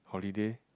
holiday